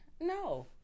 No